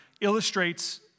illustrates